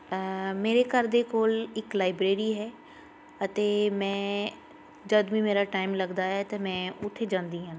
ਮੇਰੇ ਘਰ ਦੇ ਕੋਲ ਇੱਕ ਲਾਈਬ੍ਰੇਰੀ ਹੈ ਅਤੇ ਮੈਂ ਜਦ ਵੀ ਮੇਰਾ ਟਾਈਮ ਲੱਗਦਾ ਹੈ ਅਤੇ ਮੈਂ ਉੱਥੇ ਜਾਂਦੀ ਹਾਂ